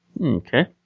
Okay